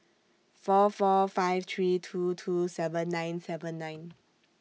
four four five three two two seven nine seven nine